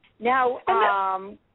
Now